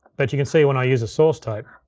but you can see, when i use a source tape,